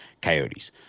coyotes